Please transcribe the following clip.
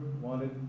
wanted